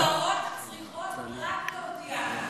שהחברות צריכות רק להודיע,